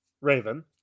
Raven